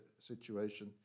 situation